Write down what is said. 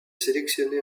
sélectionné